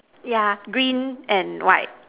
yeah green and white